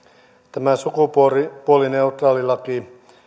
tämä sukupuolineutraali laki